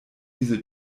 diese